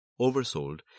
oversold